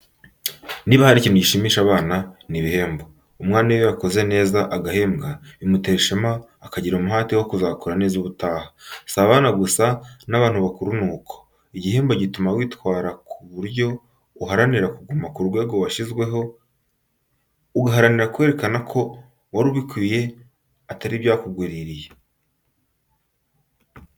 Niba hari ikintu gishimisha abana, ni ibehembo. Umwana iyo yakoze neza agahembwa bimutera ishema kandi akagira umuhate wo kuzakora neza ubutaha. Si abana gusa n'abantu bakuru ni uko, igihembo gituma witwara ku buryo uharanira kuguma ku rwego washyizweho, uguharanira kwerekanako wari ubikwiriye atari ibyakugwirirye.